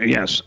Yes